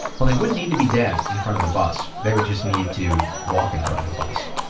well they wouldn't need to be dead in front of a bus. they would just need to walk in front of a bus.